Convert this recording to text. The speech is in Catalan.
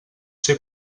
ser